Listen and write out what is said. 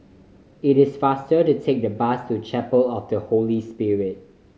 it is faster to take the bus to Chapel of the Holy Spirit